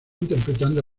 interpretando